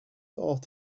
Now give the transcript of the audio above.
art